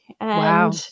Wow